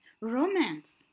romance